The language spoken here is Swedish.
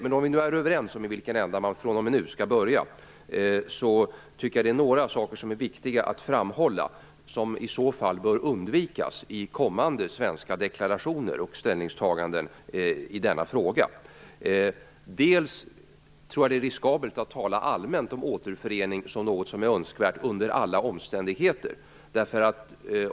Om vi nu är överens om i vilken ända man skall börja tycker jag att det är några saker som är viktiga att framhålla och som i så fall bör undvikas i kommande svenska deklarationer och ställningstaganden i denna fråga. Jag tror att det är riskabelt att tala allmänt om återförening som något önskvärt under alla omständigheter.